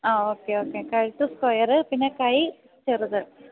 ആ okay okay കഴുത്ത് square പിന്നെ കൈ ചെറുത്